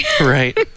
Right